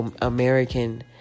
American